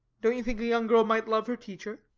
don't you think a young girl might love her teacher?